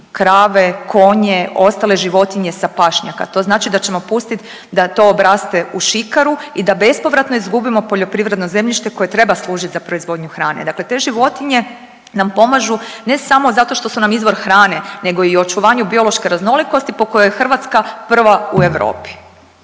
krave, konje ostale životnije sa pašnjaka. To znači da ćemo pustiti da to obraste u šikaru i da bespovratno izgubimo poljoprivredno zemljište koje treba služiti za proizvodnju hrane. Dakle, te životinje nam pomažu ne samo zato što su nam izvor hrane nego i očuvanju biološke raznolikosti po kojoj je Hrvatska prva u Europi.